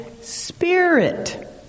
Spirit